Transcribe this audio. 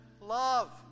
love